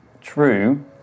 True